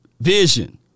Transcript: vision